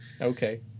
Okay